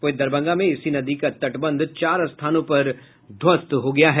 वहीं दरभंगा में इसी नदी का तटबंध चार स्थानों पर ध्वस्त हो गया है